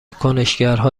کنشگرها